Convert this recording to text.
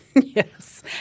Yes